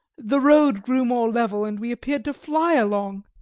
the road grew more level, and we appeared to fly along.